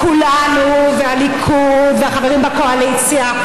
כולנו והליכוד והחברים בקואליציה,